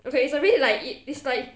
okay it's a bit like it's like